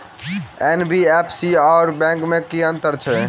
NBFC आओर bank मे की अंतर अछि?